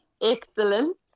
Excellent